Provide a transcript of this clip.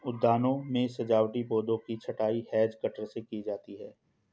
उद्यानों में सजावटी पौधों की छँटाई हैज कटर से की जाती है